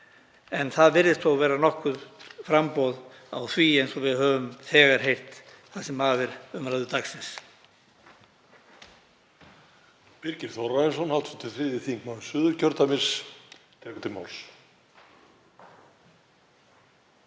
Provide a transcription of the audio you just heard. En það virðist þó vera nokkurt framboð á því eins og við höfum þegar heyrt það sem af er umræðu dagsins.